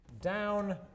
down